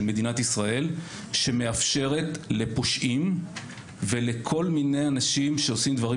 מדינת ישראל שמאפשרת לפושעים ולכל מיני אנשים שעושים דברים